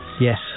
Yes